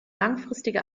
langfristige